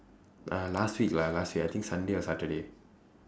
uh last week lah last week I think sunday or saturday